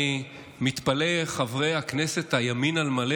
אני מתפלא איך חברי הכנסת הימין על מלא